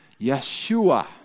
Yeshua